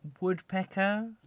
woodpecker